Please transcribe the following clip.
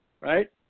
Right